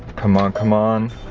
come on, come on!